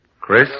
Chris